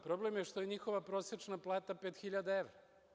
Problem je što je njihova prosečna plata 5000 evra.